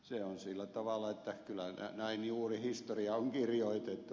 se on sillä tavalla että kyllä näin juuri historia on kirjoitettu